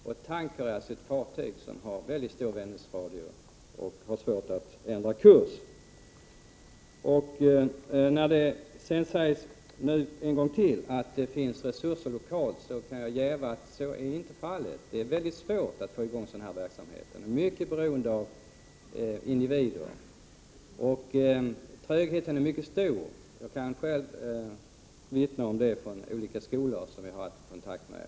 Herr talman! Till att börja med sade jag inte tanks, jag sade tanker. Det är ett fartyg med mycket stor vändradie, som har svårt att ändra kurs. När statsrådet säger en gång till att det finns resurser lokalt kan jag jäva det. Så är inte fallet. Det är mycket svårt att få i gång sådan här verksamhet. Den är mycket beroende av individer. Trögheten är mycket stor. Jag kan vittna om det från olika skolor som jag har haft kontakt med.